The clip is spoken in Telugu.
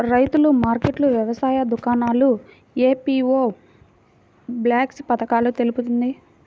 రైతుల మార్కెట్లు, వ్యవసాయ దుకాణాలు, పీ.వీ.ఓ బాక్స్ పథకాలు తెలుపండి?